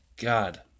God